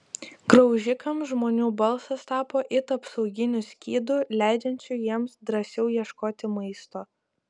graužikams žmonių balsas tapo it apsauginiu skydu leidžiančiu jiems drąsiau ieškoti maisto